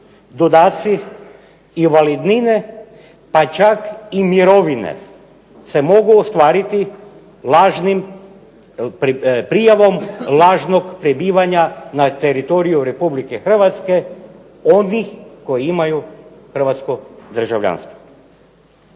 dodaci invalidnine, pa čak i mirovine se mogu ostvariti prijavom lažnog prebivanja na teritoriju Republike Hrvatske onih koji imaju hrvatsko državljanstvo.